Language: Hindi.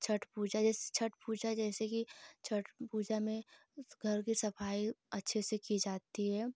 छठ पूजा जैसे छठ पूजा जैसे कि छठ पूजा में घर की सफ़ाई अच्छे से की जाती है